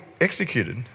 executed